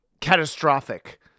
catastrophic